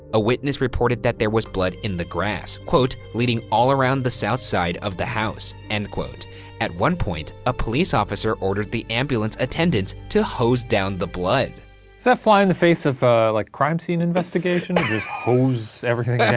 a witness reported that there was blood in the grass, leading all around the south side of the house. and at one point, a police officer ordered the ambulance attendants to hose down the blood. does that fly in the face of, ah like, crime scene investigation? just hose everything down,